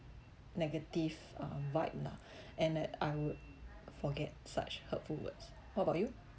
negative um vibe lah and that I would forget such hurtful words what about you